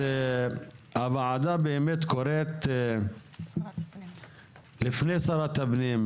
הוועדה קוראת לפני שרת הפנים,